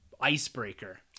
icebreaker